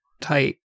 tight